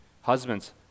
Husbands